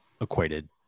equated